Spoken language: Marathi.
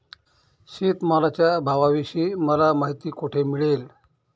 शेतमालाच्या भावाविषयी मला माहिती कोठे मिळेल?